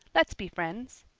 let's be friends.